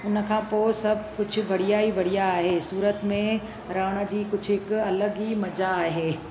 उन खां पोइ सभु कुझु बढ़िया ई बढ़िया आहे सूरत में रहण जी कुझु हिकु अलॻि ई मज़ा आहे